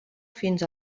fins